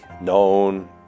known